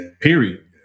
period